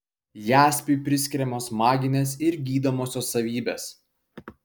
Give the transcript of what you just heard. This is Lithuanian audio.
jaspiui priskiriamos maginės ir gydomosios savybės